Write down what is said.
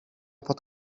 pod